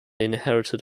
inherited